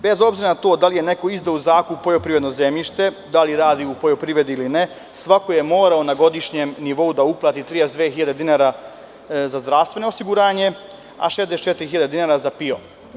Bez obzira na to da li je neko izdao u zakup poljoprivredno zemljište, da li radi u poljoprivredi ili ne, svako je morao na godišnjem nivou da uplati 32.000 dinara za zdravstveno osiguranje, a 64.000 dinara za PIO.